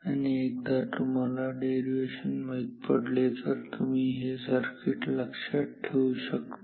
आणि एकदा तुम्हाला डेरिवेशन माहित पडले तर तुम्ही हे सर्किट लक्षात ठेवू शकता